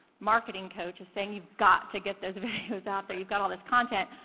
marketing coach is saying you've got to get those videos out there, you've got all this content.